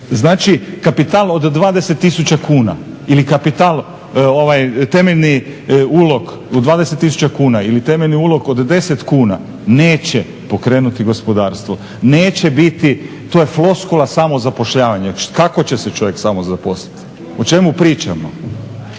Znači kapital od 20000 kuna ili kapital, temeljni ulog od 20000 kuna ili temeljni ulog od 10 kuna neće pokrenuti gospodarstvo, neće biti. To je floskula o samozapošljavanju. Kako će se čovjek samozaposlit? O čemu pričamo?